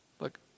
Look